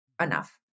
enough